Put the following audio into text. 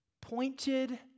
pointed